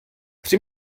při